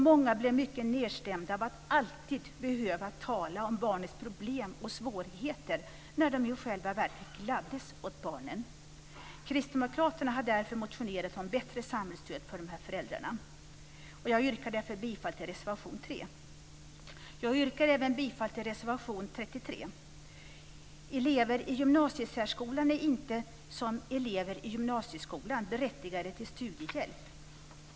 Många blir mycket nedstämda av att alltid behöva tala om barnets problem och svårigheter, när de i själva verket gläds åt barnen. Kristdemokraterna har därför motionerat om bättre samhällsstöd för föräldrarna. Jag yrkar därför bifall till reservation nr 3. Jag yrkar även bifall till reservation 33. Elever i gymnasiesärskolan är inte som elever i gymnasieskolan berättigade till studiehjälp.